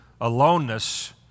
aloneness